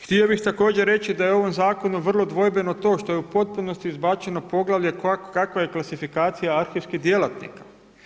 Htio bih također reći da je u ovom zakonu vrlo dvojbeno to što je u potpunosti izbačeno poglavlje kakva je klasifikacija arhivskih djelatnika.